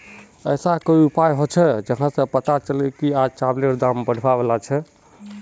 ऐसा कोई उपाय होचे जहा से पता चले की आज चावल दाम बढ़ने बला छे?